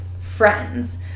friends